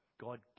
God